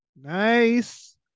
Nice